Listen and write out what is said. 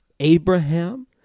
abraham